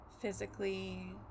physically